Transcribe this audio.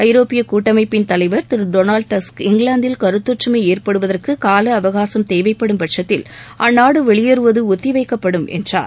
ஐரோப்பிய கூட்டமைப்பின் தலைவர் திரு டொனால்டு டஸ்க் இங்கிலாந்தில் கருத்தொற்றுமை ஏற்படுவதற்கு கால அவகாசம் தேவைப்படும் பட்சத்தில் அந்நாடு வெளியேறுவது ஒத்தி வைக்கப்படும் என்றார்